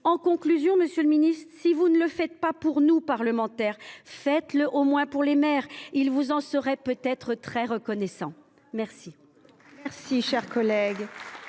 parlementaires. Monsieur le ministre, si vous ne le faites pas pour nous parlementaires, faites le au moins pour les maires ! Ils vous en seraient peut être très reconnaissants.